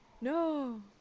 No